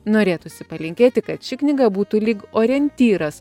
norėtųsi palinkėti kad ši knyga būtų lyg orientyras